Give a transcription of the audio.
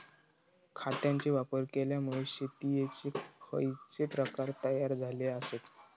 खतांचे वापर केल्यामुळे शेतीयेचे खैचे प्रकार तयार झाले आसत?